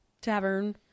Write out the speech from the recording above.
tavern